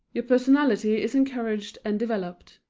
your personality is encouraged and developed.